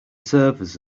servers